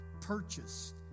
purchased